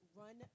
run